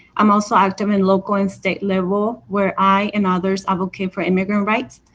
am also active in local and state level, where i and others advocate for immigrant rights.